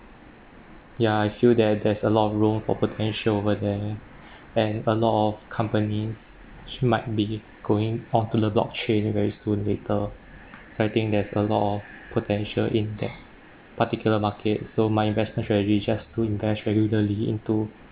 ya I'm sure that there's a lot of room for potential over there and a lot of companys might be going on pillar blockchain very soon later I think there's a lot of potential in that particular market so my investment strategy just to invest regularly into